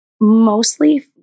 mostly